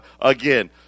again